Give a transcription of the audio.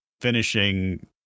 finishing